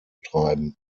treiben